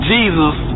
Jesus